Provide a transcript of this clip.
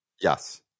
Yes